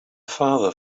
father